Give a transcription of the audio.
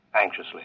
anxiously